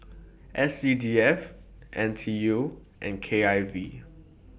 S C D F N T U and K I V